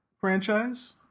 franchise